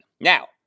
Now